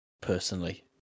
personally